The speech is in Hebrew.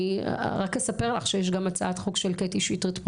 רק אספר לך שיש גם הצעת חוק של קטי שטרית,